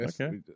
Okay